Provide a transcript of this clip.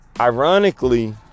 ironically